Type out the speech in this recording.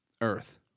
Earth